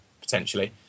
potentially